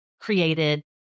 created